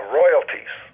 royalties